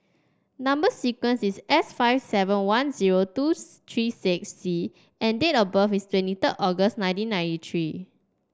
number sequence is S five seven one zero two three six C and date of birth is twenty third August nineteen ninety three